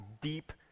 deep